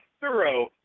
thorough